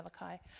Malachi